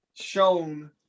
shown